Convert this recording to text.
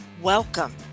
Welcome